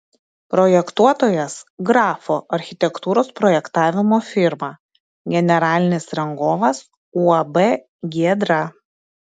projektuotojas grafo architektūros projektavimo firma generalinis rangovas uab giedra